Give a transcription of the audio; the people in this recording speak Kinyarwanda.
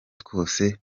twose